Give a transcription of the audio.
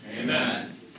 Amen